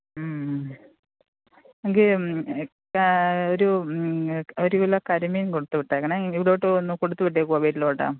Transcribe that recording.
എങ്കിൽ ക ഒരു ഒരു കിലോ കരിമീൻ കൊടുത്തു വിട്ടേക്കണേ ഇവിടോട്ട് ഒന്നു കൊടുത്തു വിട്ടേക്കുമോ വീട്ടിലോട്ട്